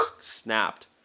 snapped